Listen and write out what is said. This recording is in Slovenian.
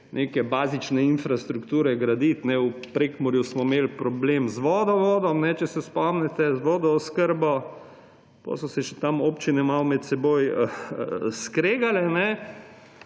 neke bazične infrastrukture graditi. V Prekmurju smo imeli problem z vodovodom, če se spomnite, z vodooskrbo, potem so se še tam občine malo med seboj skregale.